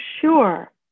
sure